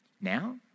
Now